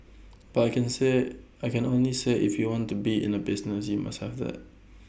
but I can say I can only say if you want to be in A business you must have that